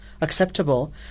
acceptable